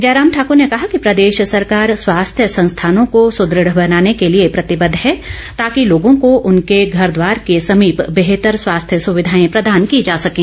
जयराम ठाकर ने कहा कि प्रदेश सरकार स्वास्थ्य संस्थानों को सुदृढ़ बनाने के लिए प्रतिबद्ध है ताकि लोगों को उनके घर द्वार के निकट बेहतर स्वास्थ्य सुविधाएं प्रदान की जा सकें